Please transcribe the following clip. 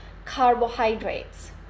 carbohydrates